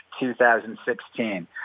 2016